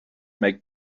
make